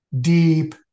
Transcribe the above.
Deep